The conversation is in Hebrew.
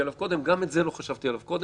ובפועל הוא לא יהיה בוועדות.